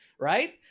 right